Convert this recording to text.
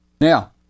Now